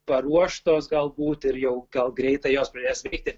paruoštos galbūt ir jau gal greitai jos pradės eiti